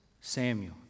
Samuel